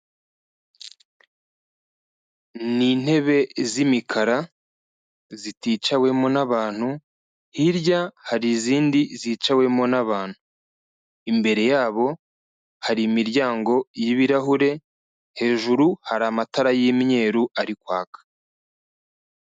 Ni intebe z'imikara ziticawemo n'abantu, hirya hari izindi zicawemo n'abantu. Imbere yabo hari imiryango y'ibirahure, hejuru hari amatara y'imyeru ari kwaka.